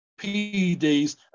PEDs